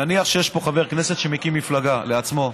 נניח שיש פה חבר כנסת שמקים מפלגה לעצמו.